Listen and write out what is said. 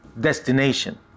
destination